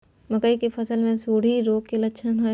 मकई के फसल मे सुंडी रोग के लक्षण की हय?